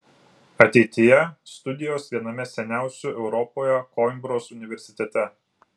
ateityje studijos viename seniausių europoje koimbros universitete